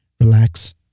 relax